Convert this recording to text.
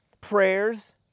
prayers